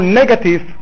negative